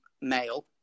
male